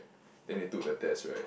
then they took the test right